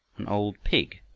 an old pig,